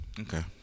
Okay